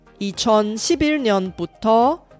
2011년부터